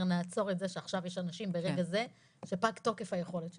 נעצור את זה שעכשיו יש אנשים ברגע זה שפג תוקף היכולת שלהם.